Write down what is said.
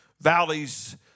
valleys